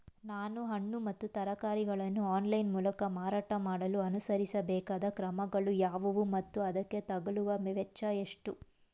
ನಾನು ಹಣ್ಣು ಮತ್ತು ತರಕಾರಿಗಳನ್ನು ಆನ್ಲೈನ ಮೂಲಕ ಮಾರಾಟ ಮಾಡಲು ಅನುಸರಿಸಬೇಕಾದ ಕ್ರಮಗಳು ಯಾವುವು ಮತ್ತು ಅದಕ್ಕೆ ತಗಲುವ ವೆಚ್ಚ ಎಷ್ಟು?